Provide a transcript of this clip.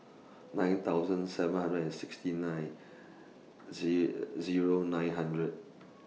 nine thousand seven hundred and sixty nine Zero nine hundred